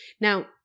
Now